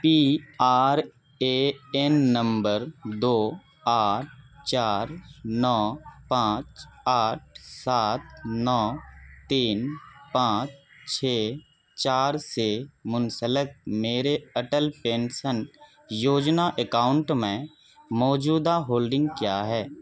P R A N number دو آٹھ چار نو پانچ آٹھ سات نو تین پانچ چھ چار سے منسلک میرے اٹل پینشن یوجنا اکاؤنٹ میں موجودہ ہولڈنگ کیا ہے